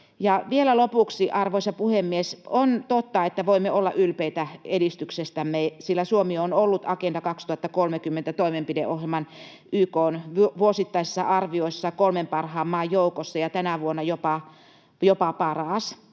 vielä lopuksi, arvoisa puhemies: On totta, että voimme olla ylpeitä edistyksestämme, sillä Suomi on ollut Agenda 2030 ‑toimenpideohjelman YK:n vuosittaisissa arvioissa kolmen parhaan maan joukossa ja tänä vuonna jopa paras.